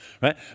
right